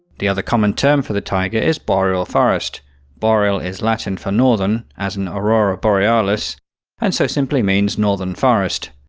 the other common term for the taiga is boreal forest boreal is latin for northern as in aurora borealis and so simply means northern forest.